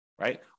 right